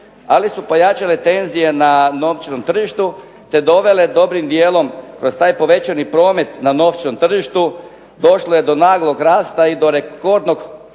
ali su pojačale tenzije na novčanom tržištu te dodale dobrim dijelom kroz taj povećani promet na novčanom tržištu došlo je do naglog rasta i do rekordne